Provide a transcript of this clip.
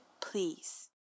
please